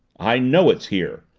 i know it's here.